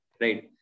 right